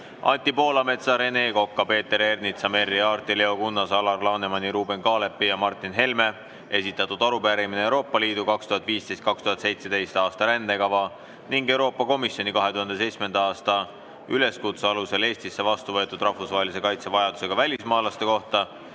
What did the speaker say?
Anti Poolametsa, Rene Koka, Peeter Ernitsa, Merry Aarti, Leo Kunnase, Alar Lanemani, Ruuben Kaalepi ja Martin Helme esitatud arupärimine Euroopa Liidu 2015.–2017. aasta rändekava ning Euroopa Komisjoni 2017. aasta üleskutse alusel Eestisse vastu võetud rahvusvahelise kaitse vajadusega välismaalaste kohta